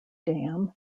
dam